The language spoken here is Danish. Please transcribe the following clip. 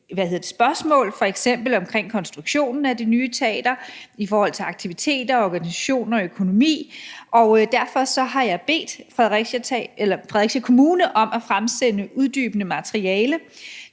spørgsmål, f.eks. om konstruktionen af det nye teater i forhold aktiviteter, organisation og økonomi. Derfor har jeg bedt Fredericia Kommune om at fremsende uddybende materiale.